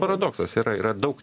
paradoksas yra yra daug